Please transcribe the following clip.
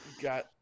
got